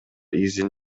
изин